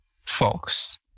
folks